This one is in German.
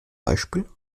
beispiel